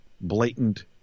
blatant